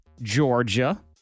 Georgia